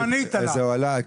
זה הועלה?